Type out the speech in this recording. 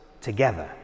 together